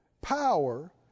power